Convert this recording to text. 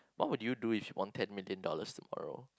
what would you do if you won ten million dollars tomorrow